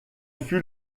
fut